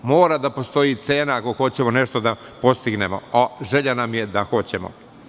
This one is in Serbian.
Mora da postoji cena, ako hoćemo nešto da postignemo, a želja nam je da hoćemo.